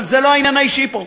אבל זה לא העניין האישי פה,